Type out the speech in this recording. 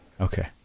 okay